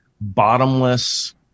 bottomless